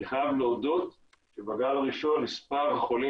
אני חייב להודות שבגל הראשון מספר החולים